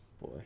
boy